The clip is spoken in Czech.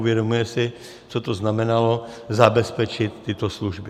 Uvědomujeme si, co to znamenalo zabezpečit tyto služby.